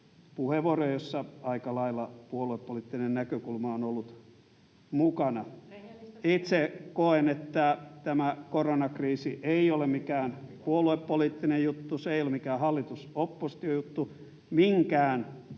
puheenvuoroja, joissa aika lailla puoluepoliittinen näkökulma on ollut mukana. [Maria Guzenina: Rehellistä puhetta!] Itse koen, että tämä koronakriisi ei ole mikään puoluepoliittinen juttu, se ei ole mikään hallitus—oppositio-juttu. Minkään puolueen